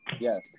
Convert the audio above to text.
Yes